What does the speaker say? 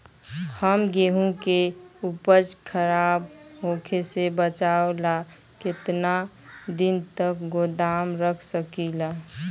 हम गेहूं के उपज खराब होखे से बचाव ला केतना दिन तक गोदाम रख सकी ला?